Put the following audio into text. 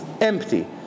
empty